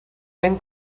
ben